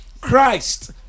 Christ